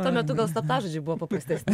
tuo metu gal slaptažodžiai buvo paprastesni